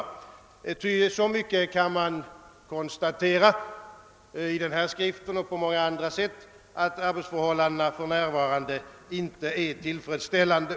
Så mycket kan man nämligen konstatera av nämnda skrift och även på många andra sätt, att arbetsförhållandena för närvarande är helt otillfredsställande.